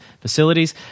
facilities